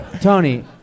Tony